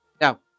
Now